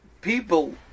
people